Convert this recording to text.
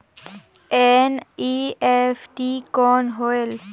NEFT कौन होएल?